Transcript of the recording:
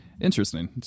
Interesting